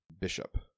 Bishop